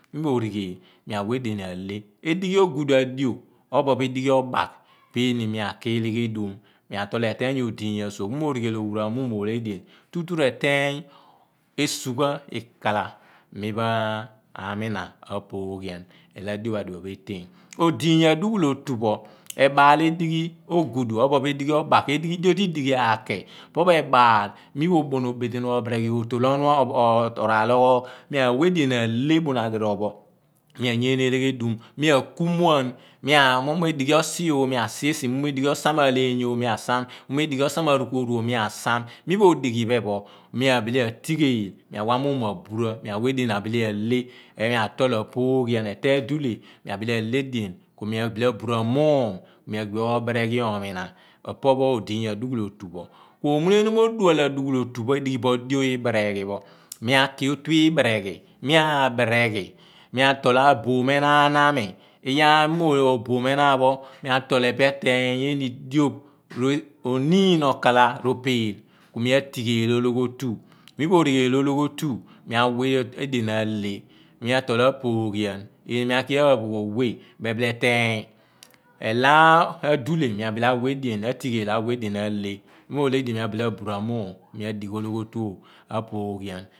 Mi mo righed mia wa edien alhe edigji obaak mia ki eleghedum atoal eteeny odiiny asuogh mi no righed owhuramuum, tutu reteeny esugha ikalah mi ma mina apooghan elo adio pho adiphe pho etean odiiny adughul otupho, ebaal edigh obaak obodo edighi ogudu ado lo idighi gake, pho rebaal mi mo moon obetenu, robereghi rotoola onu pho, roraal oghogh mia wa edien mia leah. Mia yeene eleghe dum mia ku muan mia mea dighi isi mia si, mo saam a̱ leeny yooh mia saam, mo sam arukuoroo mia sam miro dighi iphen pho mia behe atigheel. Mia wha muum aburah mia wah edean abilo alhe mia phooghian, eteeny duleh mia bule alhe edien kumia bile aburah muum, mia agbi obere ghi ominah opo pho odiiny adughuul otu pho. Omune niom odual adughul otu pho adighibo cho ibeere ghi pho mia ki otu ibereghi mia bereghi mia tool aboom enaan ami. Mia oboom enan pho mia tool ephe mia a bere ghi mia a tool ephe mia teeny diop ro niin okala ku mia a tigheel ologho otu mirighel ologhotu, mia awah edean aleh, mia tool apoogh lan, mia ki aphooghoogh weh mebile eteeny eloh adule mia bile atighu awah edean aleh aburah muum mia digh ologho otu a phooghian.